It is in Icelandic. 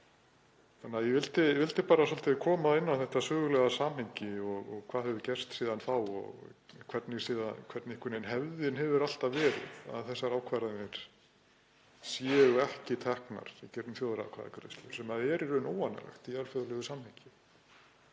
á þessu. Ég vildi bara koma inn á þetta sögulega samhengi og hvað hefur gerst síðan þá og hvernig hefðin hefur alltaf verið, að þessar ákvarðanir séu ekki teknar í gegnum þjóðaratkvæðagreiðslu sem er í raun óvanalegt í alþjóðlegu samhengi.